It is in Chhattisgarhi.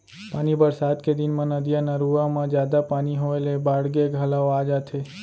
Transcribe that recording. पानी बरसात के दिन म नदिया, नरूवा म जादा पानी होए ले बाड़गे घलौ आ जाथे